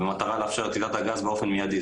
במטרה לאפשר את קליטת הגז באופן מיידי,